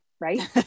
Right